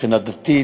מבחינה דתית.